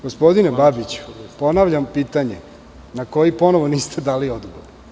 Gospodine Babiću, ponavljam pitanje na koje ponovo niste dali odgovor.